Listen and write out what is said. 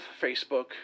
Facebook